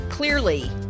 Clearly